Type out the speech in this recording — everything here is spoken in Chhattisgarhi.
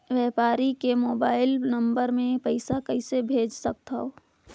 व्यापारी के मोबाइल नंबर मे पईसा कइसे भेज सकथव?